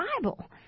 Bible